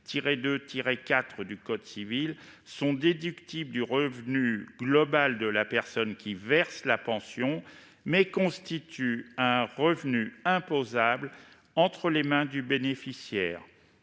sont déductibles du revenu global de la personne qui verse la pension, mais constituent un revenu imposable entre les mains de la bénéficiaire.